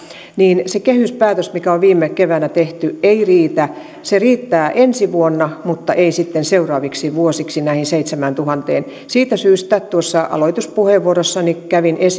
niin se kehyspäätös mikä on viime keväänä tehty ei riitä se riittää ensi vuonna mutta ei sitten seuraaviksi vuosiksi näihin seitsemääntuhanteen siitä syystä tuossa aloituspuheenvuorossani